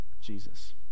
Jesus